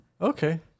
Okay